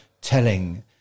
telling